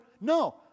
No